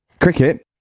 Cricket